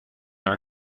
our